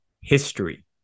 history